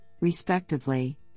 respectively